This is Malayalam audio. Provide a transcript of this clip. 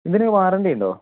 ഇതിന് വാറണ്ടിയുണ്ടോ